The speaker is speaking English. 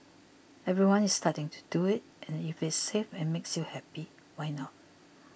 everyone is starting to do it and if it is safe and makes you happy why not